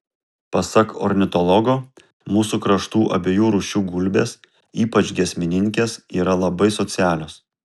pasak ornitologo mūsų kraštų abiejų rūšių gulbės ypač giesmininkės yra labai socialios